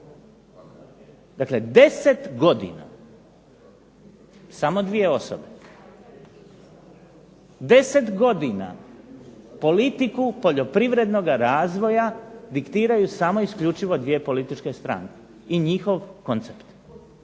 Dakle 10 godina, samo dvije osobe, 10 godina politiku poljoprivrednoga razvoja diktiraju samo isključivo dvije političke …/Ne razumije se./… i njihov koncept.